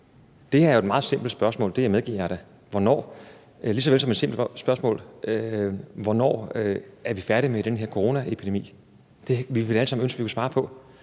Det her er jo et meget simpelt spørgsmål; det medgiver jeg da. Lige så vel som det er et simpelt spørgsmål, hvornår vi er færdige med den her coronaepidemi. Det ville vi vel alle sammen ønske at vi kunne svare på,